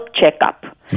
checkup